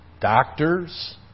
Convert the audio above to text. doctors